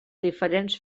diferents